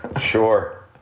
sure